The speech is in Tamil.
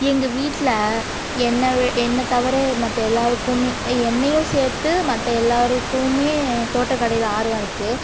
எங்கள் வீட்டில் என்னை என்னை தவிர மற்ற எல்லோருக்குமே என்னையும் சேர்த்து மற்ற எல்லோருக்குமே தோட்டக்கலையில் ஆர்வம் இருக்குது